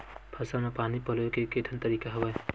फसल म पानी पलोय के केठन तरीका हवय?